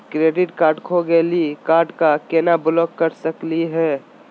Credit card खो गैली, card क केना ब्लॉक कर सकली हे?